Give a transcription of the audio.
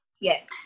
Yes